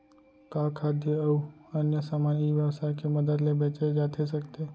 का खाद्य अऊ अन्य समान ई व्यवसाय के मदद ले बेचे जाथे सकथे?